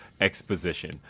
exposition